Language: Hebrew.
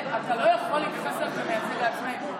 ואתה לא יכול להתייחס אליו כמייצג העצמאים,